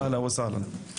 אהלן וסהלן.